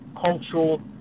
cultural